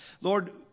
Lord